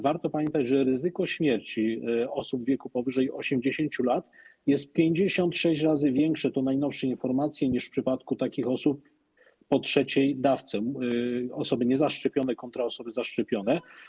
Warto pamiętać, że ryzyko śmierci osób w wieku powyżej 80 lat jest 56 razy większe, to najnowsze informacje, niż w przypadku takich osób po trzeciej dawce - osoby niezaszczepione kontra osoby zaszczepione.